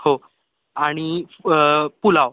हो आणि व पुलाव